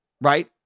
Right